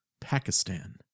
Pakistan